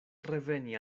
reveni